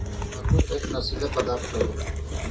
तम्बाकू एक नसीला पदार्थ हौ